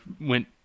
went